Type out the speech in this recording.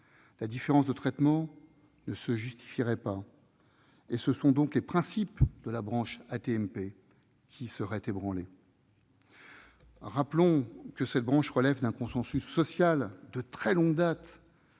La différence de traitement ne se justifierait pas, et ce sont donc les principes de la branche AT-MP qui seraient ébranlés. Rappelons que cette branche fait l'objet d'un consensus social de très longue date.